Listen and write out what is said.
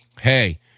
hey